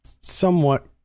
somewhat